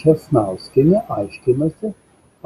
česnauskienė aiškinasi